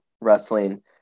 wrestling